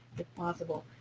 if possible,